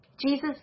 Jesus